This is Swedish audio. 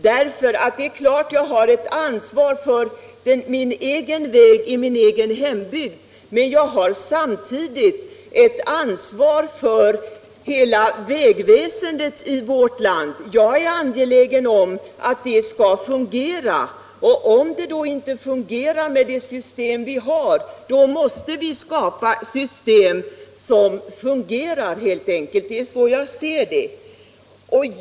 Det är klart att jag har ett ansvar för min egen väg i min egen hembygd. Men jag har samtidigt ett ansvar för hela vägväsendet i vårt land — jag är angelägen om att det skall fungera. Om det inte fungerar med det system vi har, då måste vi skapa ett system som fungerar, helt enkelt. Det är så jag ser det.